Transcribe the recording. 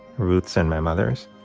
ruth's and my mother's,